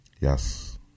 Yes